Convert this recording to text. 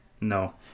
No